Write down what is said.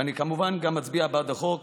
ואני כמובן גם אצביע בעד החוק,